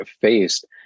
faced